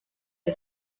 que